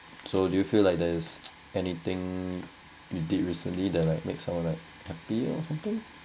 so do you feel like there's anything you did recently that like make someone like happy or something